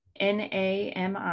NAMI